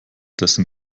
dessen